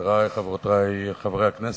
חברי וחברותי חברי כנסת,